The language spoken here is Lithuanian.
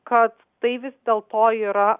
kad tai vis dėl to yra